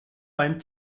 beim